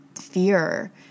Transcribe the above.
fear